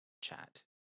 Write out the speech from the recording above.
chat